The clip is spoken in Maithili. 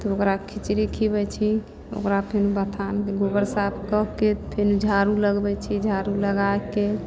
फेर ओकरा खिचड़ी खुआबै छी ओकरा फेर बथानके गोबर साफ कऽ कऽ फेर झाड़ू लगबै छी झाड़ू लगाकऽ